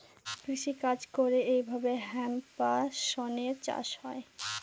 কৃষি কাজ করে এইভাবে হেম্প বা শনের চাষ হয়